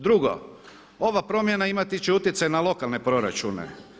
Drugo, ova promjena imati će utjecaj na lokalne proračune.